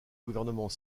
gouvernement